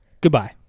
Goodbye